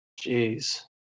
jeez